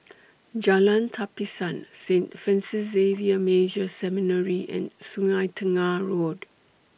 Jalan Tapisan Saint Francis Xavier Major Seminary and Sungei Tengah Road